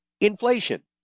Inflation